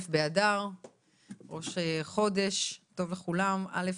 ראש חודש טוב לכולם, א'